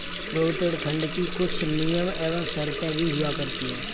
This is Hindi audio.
प्रोविडेंट फंड की कुछ नियम एवं शर्तें भी हुआ करती हैं